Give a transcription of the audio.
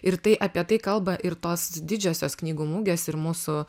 ir tai apie tai kalba ir tos didžiosios knygų mugės ir mūsų